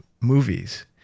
movies